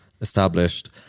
established